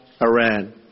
Iran